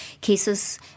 cases